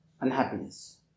unhappiness